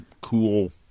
cool